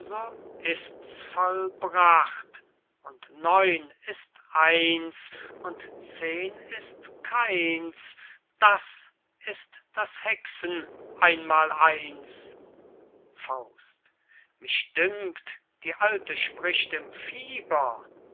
ist's vollbracht und neun ist eins und zehn ist keins das ist das hexen einmal eins mich dünkt die alte spricht im fieber